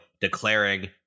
declaring